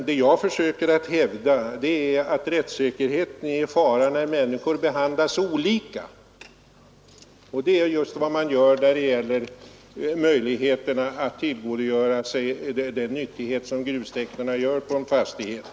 Det jag försöker hävda är att rättssäkerheten är i fara när människor behandlas olika, och det är just vad som sker när det gäller möjligheten att tillgodogöra sig den nyttighet grustäkten utgör på en fastighet.